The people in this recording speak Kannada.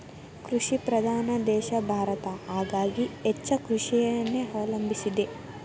ಕೃಷಿ ಪ್ರಧಾನ ದೇಶ ಭಾರತ ಹಾಗಾಗಿ ಹೆಚ್ಚ ಕೃಷಿಯನ್ನೆ ಅವಲಂಬಿಸಿದೆ